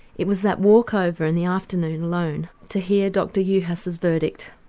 it was that walk over in the afternoon alone to hear dr juhasz' verdict.